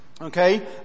okay